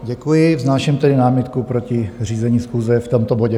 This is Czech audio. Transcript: Děkuji, vznáším tedy námitku proti řízení schůze v tomto bodě.